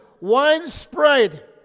widespread